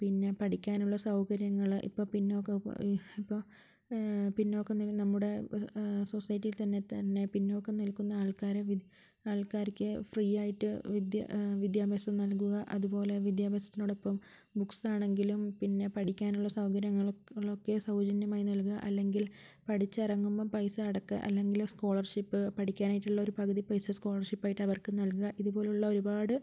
പിന്നെ പഠിക്കാനുള്ള സൗകര്യങ്ങൾ ഇപ്പോൾ പിന്നോക്ക ഇപ്പോൾ പിന്നോക്കം നിൽക്കുന്ന നമ്മുടെ സൊസൈറ്റിയിൽ തന്നെ തന്നെ പിന്നോക്കം നിൽക്കുന്ന ആൾക്കാരെ വി ആൾക്കാർക്ക് ഫ്രീയായിട്ട് വിദ്യ വിദ്യാഭ്യാസം നൽകുക അതുപോലെ വിദ്യാഭ്യാസത്തിനോടൊപ്പം ബുക്സാണെങ്കിലും പിന്നെ പഠിക്കാനുള്ള സൗകര്യങ്ങൾ ങ്ങളൊക്കെ സൗജന്യമായി നൽകുക അല്ലെങ്കിൽ പഠിച്ച് ഇറങ്ങുമ്പോൾ പൈസ അടക്കാൻ അല്ലെങ്കിൽ സ്കോളർഷിപ്പ് പഠിക്കാനായിട്ടുള്ള ഒരു പകുതി പൈസ സ്കോളർഷിപ്പായിട്ട് അവർക്ക് നൽകുക ഇതുപോലുള്ള ഒരുപാട്